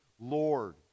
Lord